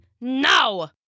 now